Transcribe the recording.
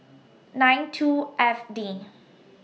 nine two F D